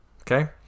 Okay